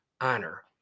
honor